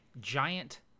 giant